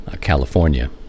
California